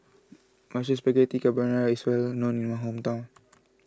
Mushroom Spaghetti Carbonara is well known in my hometown